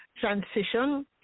transition